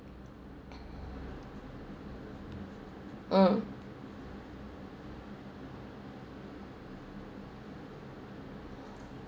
mm